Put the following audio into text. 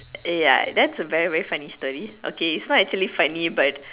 ya that's a very very funny story okay it is not actually funny but